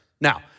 Now